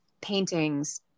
paintings